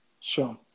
Sure